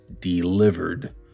delivered